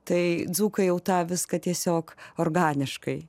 tai dzūkai jau tą viską tiesiog organiškai